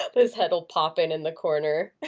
his head will pop it in the corner.